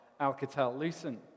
Alcatel-Lucent